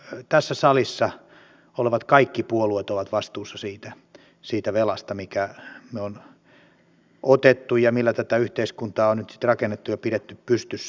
valtion velasta tässä salissa olevat kaikki puolueet ovat vastuussa siitä velasta minkä olemme ottaneet ja millä tätä yhteiskuntaa on nyt sitten rakennettu ja pidetty pystyssä